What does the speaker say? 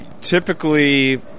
typically